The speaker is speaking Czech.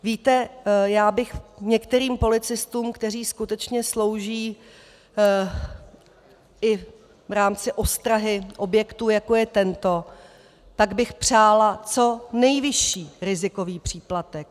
Víte, já bych některým policistům, kteří skutečně slouží i v rámci ostrahy objektů, jako je tento, přála co nejvyšší rizikový příplatek.